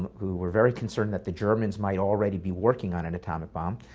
who were very concerned that the germans might already be working on an atomic bomb.